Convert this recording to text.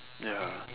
ya